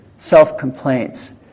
self-complaints